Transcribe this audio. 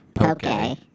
Okay